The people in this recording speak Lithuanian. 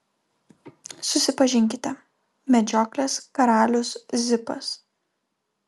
susipažinkite medžioklės karalius zipas